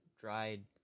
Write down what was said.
dried